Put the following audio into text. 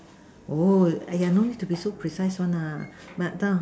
oh !aiya! no need to be so precise one nah mark down